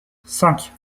cinq